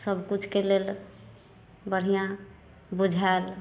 सब किछुके लेल बढ़िऑं बुझायल